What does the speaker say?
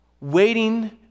waiting